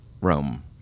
Rome